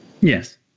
Yes